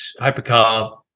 hypercar